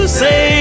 say